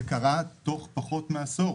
זה קרה תוך פחות מעשור.